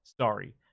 sorry